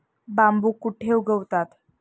बांबू कुठे उगवतात?